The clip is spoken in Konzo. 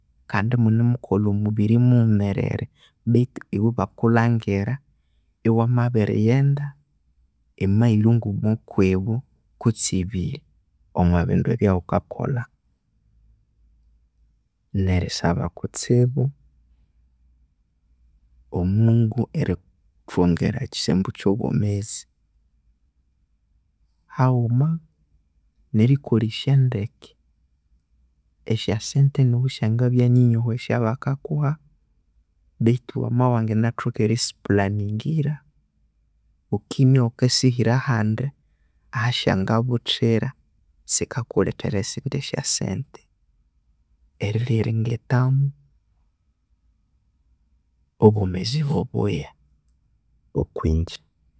Kandi imunimukolha omubiri mughumerere beithu iwe ebakulhangira ewa mabirighenda emailo nguma okwibo kutse ebiri omwabindu ebyaghukakola nerisaba kutsibu omungu erithongera ekisembo ekyobwomezi haghuma nerikolesya ndeke esyo sente nomusyangabya nyinyiho esyabakakuha beithu wamabya wanganathoka erisi planingira ghukimya ghukasihira ahandi ahasyangabuthira sikakulhethera esidndi syo sente eryo ryangethamu obwemezi bubuya.